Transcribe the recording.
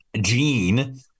Gene